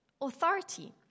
authority